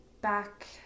back